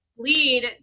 lead